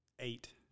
Eight